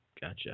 gotcha